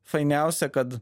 fainiausia kad